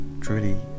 truly